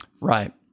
Right